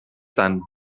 son